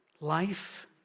life